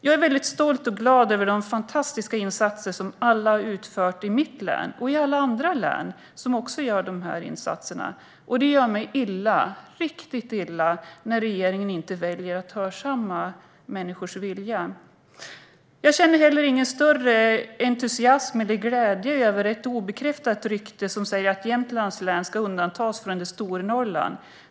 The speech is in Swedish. Jag är stolt och glad över de fantastiska insatser som alla har utfört i mitt län och i andra län som också gör de här insatserna. Det gör mig illa - riktigt illa - när regeringen väljer att inte hörsamma människors vilja. Jag känner inte heller någon större entusiasm eller glädje över ett obekräftat rykte som säger att Jämtlands län ska undantas från ett Stornorrland.